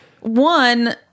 One